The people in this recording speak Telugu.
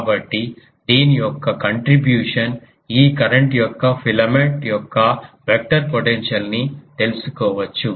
కాబట్టి దీని యొక్క కంట్రిబ్యూషన్ ఈ కరెంట్ యొక్క ఫిలమెంట్ యొక్క వెక్టర్ పొటెన్షియల్ ని తెలుసుకోవచ్చు